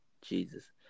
Jesus